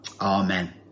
amen